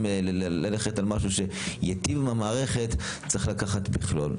ללכת על משהו שייטיב עם המערכת צריך לקחת את המכלול.